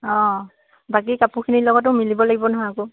অঁ বাকী কাপোৰখিনিৰ লগতো মিলিব লাগিব নহয় আকৌ